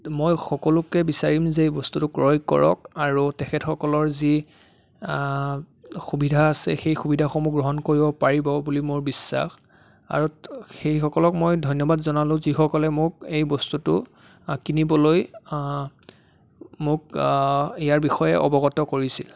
মই সকলোকে বিচাৰিম যে বস্তুটো ক্ৰয় কৰক আৰু তেখেতসকলৰ যি সুবিধা আছে সেই সুবিধাসমূহ গ্ৰহণ কৰিব পাৰিব বুলি মোৰ বিশ্বাস আৰু সেই সকলক মই ধন্যবাদ জনালোঁ যিসকলে মোক এই বস্তুটো কিনিবলৈ মোক ইয়াৰ বিষয়ে অৱগত কৰিছিল